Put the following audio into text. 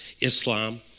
Islam